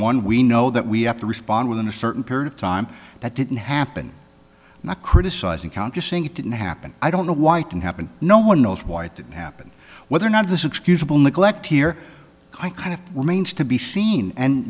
one we know that we have to respond within a certain period of time that didn't happen not criticizing count just saying it didn't happen i don't know why it didn't happen no one knows why it didn't happen whether or not this excusable neglect here i kind of remains to be seen and